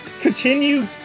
continue